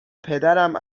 پدرم